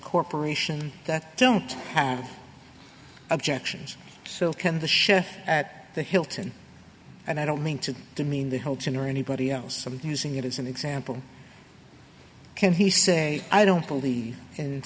corporation that don't have objections still can the show at the hilton and i don't mean to demean the holton or anybody else i'm using it as an example can he say i don't believe in